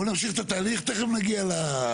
בואו נמשיך את התהליך, תכף נגיע לכסף.